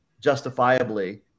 justifiably